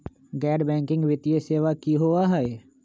गैर बैकिंग वित्तीय सेवा की होअ हई?